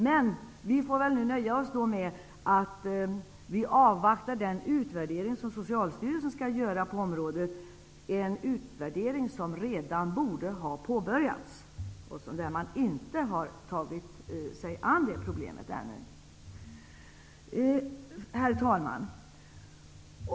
Men vi får väl nöja oss med att avvakta den utvärdering som Socialstyrelsen skall göra på området -- en utvärdering som redan borde ha påbörjats. Man har ännu inte tagit sig an det här problemet. Herr talman!